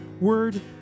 word